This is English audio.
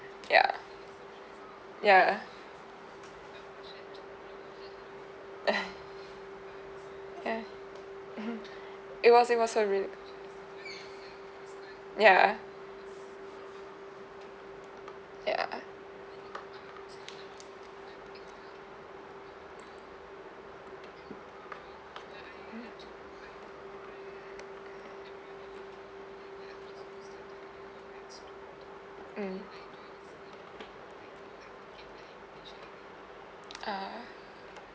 ya ya ya it was it was a rea~ ya ya mm ah